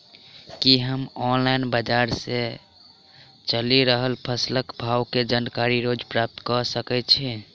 की हम ऑनलाइन, बजार मे चलि रहल फसलक भाव केँ जानकारी रोज प्राप्त कऽ सकैत छी?